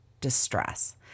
distress